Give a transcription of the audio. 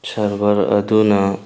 server ꯑꯗꯨꯅ